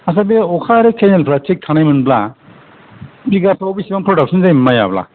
आच्छा बे अखा आरो खेनेलफ्रा थिग थानाय मोनब्ला बिघाफ्राव बेसेबां फ्रदागसन जायो माइयाब्ला